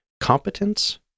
competence